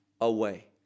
away